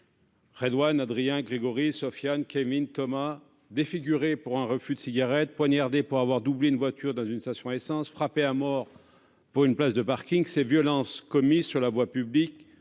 Redoine, Adrien, Grégory, Sofiane, Kevin, Thomas ont été défigurés pour un refus de cigarette, poignardés pour avoir doublé une voiture dans une station d'essence, frappés à mort pour une place de parking ... Ces actes commis sur la voie publique